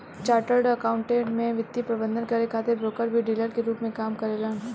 chartered accountant में वित्तीय प्रबंधन करे खातिर ब्रोकर ही डीलर के रूप में काम करेलन